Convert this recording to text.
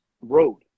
road